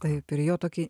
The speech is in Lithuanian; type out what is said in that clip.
taip ir jo tokį